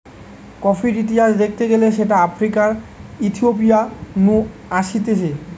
কফির ইতিহাস দ্যাখতে গেলে সেটা আফ্রিকার ইথিওপিয়া নু আসতিছে